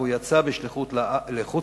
הוא היה בשליחות לחוץ-לארץ,